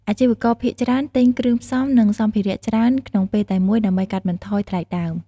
អាជីវករភាគច្រើនទិញគ្រឿងផ្សំ និងសម្ភារៈច្រើនក្នុងពេលតែមួយ ដើម្បីកាត់បន្ថយថ្លៃដើម។